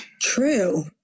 True